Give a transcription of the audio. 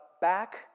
back